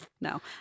No